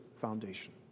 foundation